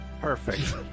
Perfect